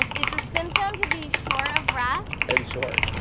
it's a symptom to be short of breath and short